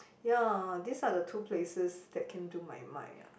ya these are the two places that came to my mind ah